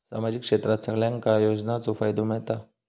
सामाजिक क्षेत्रात सगल्यांका योजनाचो फायदो मेलता?